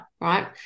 right